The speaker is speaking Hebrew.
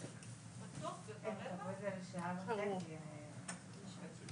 מה שעלה פה בוועדה חשבנו על נוסח כזה: